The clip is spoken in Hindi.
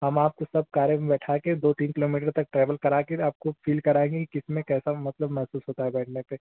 हम आपको सब कारों में बैठाकर दो तीन किलोमीटर तक ट्रैवल करा कर फिर आपको फील कराएंगे किसमें कैसा मतलब महसूस होता है बैठने पर